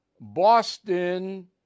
Boston